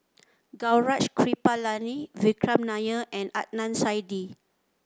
Gaurav Kripalani Vikram Nair and Adnan Saidi